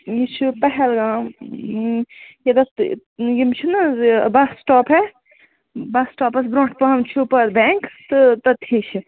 یہِ چھُ پہلگام ییٚتَس یِم چھِنہٕ حظ یہِ بَس سٕٹاپ ہے بَس سٕٹاپَس برٛونٛٹھ پَہَم چھُو پَتہٕ بٮ۪نٛک تہٕ تٔتھی چھِ